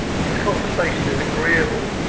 his conversation is agreeable,